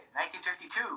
1952